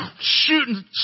shooting